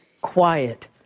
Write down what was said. quiet